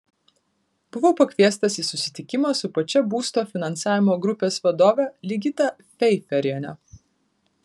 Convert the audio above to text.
buvau pakviestas į susitikimą su pačia būsto finansavimo grupės vadove ligita feiferiene